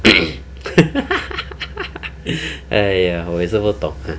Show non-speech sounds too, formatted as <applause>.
<noise> <laughs> !haiya! 我也是不懂